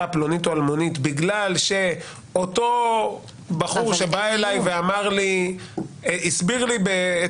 פלונית או אלמונית בגלל שאותו בחור שבא אלי והסביר לי את